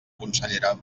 consellera